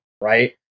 Right